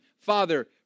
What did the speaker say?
Father